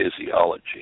physiology